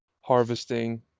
harvesting